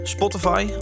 Spotify